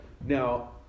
Now